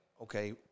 okay